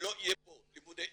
לא יהיה פה לימודים